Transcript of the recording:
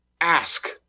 ask